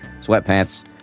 sweatpants